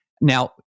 Now